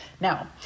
Now